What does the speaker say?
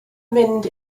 mynd